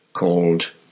called